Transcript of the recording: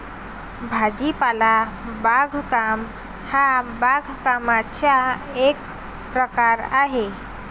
भाजीपाला बागकाम हा बागकामाचा एक प्रकार आहे